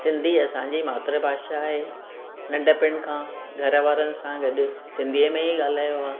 सिंधी असांजी मात्र भाषा आहे नंढपण खां घर वारनि सां गॾु सिंधीअ में ई ॻाल्हायो आहे